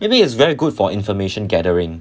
maybe it's very good for information gathering